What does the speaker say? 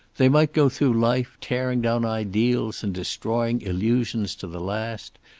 they might go through life, tearing down ideals and destroying illusions to the last,